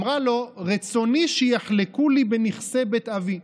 אמרה לו, רצוני שיחלקו לי בנכסי בית אבי,